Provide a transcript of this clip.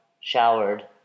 showered